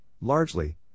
largely